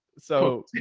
so,